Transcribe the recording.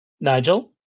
Nigel